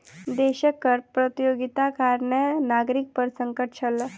देशक कर प्रतियोगिताक कारणें नागरिक पर संकट छल